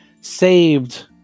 saved